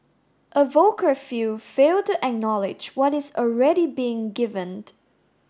a vocal few fail to acknowledge what is already being given